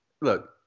Look